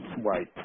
Right